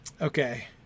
Okay